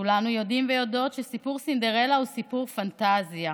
כולנו יודעים ויודעות שסיפור סינדרלה הוא סיפור פנטזיה.